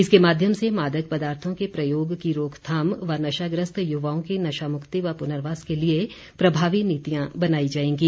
इसके माध्यम से मादक पदार्थों के प्रयोग की रोकथाम व नशाग्रस्त युवाओं की नशामुक्ति व पुनर्वास के लिए प्रभावी नीतियां बनाई जाएंगी